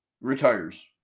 retires